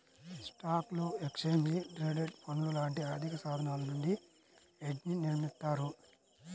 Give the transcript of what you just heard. స్టాక్లు, exchange traded ఫండ్లు లాంటి ఆర్థికసాధనాల నుండి హెడ్జ్ని నిర్మిత్తారు